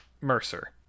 Mercer